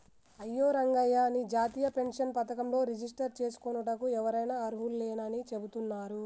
అయ్యో రంగయ్య నీ జాతీయ పెన్షన్ పథకంలో రిజిస్టర్ చేసుకోనుటకు ఎవరైనా అర్హులేనని చెబుతున్నారు